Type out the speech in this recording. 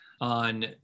on